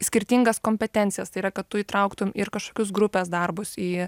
skirtingas kompetencijas tai yra kad tu įtrauktum ir kažkokius grupės darbus į